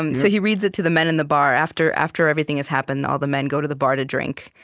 and so he reads it to the men in the bar. after after everything has happened, all the men go to the bar to drink.